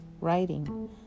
writing